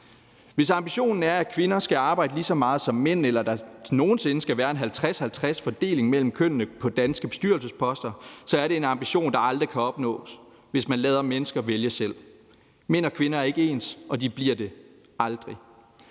Hvis ambitionen er, at kvinder skal arbejde lige så meget som mændene, eller at der nogen sinde skal være en 50-50-fordeling mellem kønnene på danske bestyrelsesposter, så er det enambition, der aldrig kan opnås, hvis man lader mennesker vælge selv. Mænd og kvinder er ikke ens, og de bliver det aldrig.